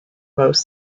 most